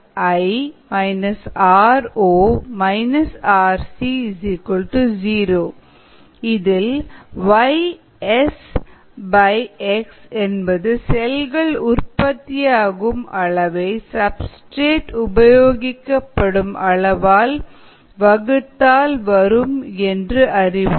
𝑟𝑖 − 𝑟𝑜 − 𝑟𝑐 0 Yxs என்பது செல்கள் உற்பத்தியாகும் அளவை சப்ஸ்டிரேட் உபயோகிக்கப்படும் அளவால் வகுத்தால் வரும் என்று அறிவோம்